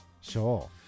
Sure